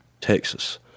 Texas